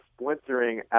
splintering